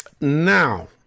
now